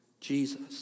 Jesus